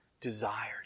desired